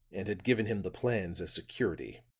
and had given him the plans as security.